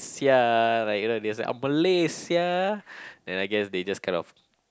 sia like you know there's oh Malay sia then I guess they just kind of